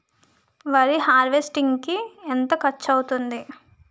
వరి హార్వెస్టింగ్ కి ఎంత ఖర్చు అవుతుంది?